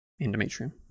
endometrium